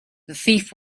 thief